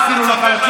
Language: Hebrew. תספר לנו איך.